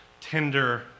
tender